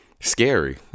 scary